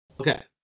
okay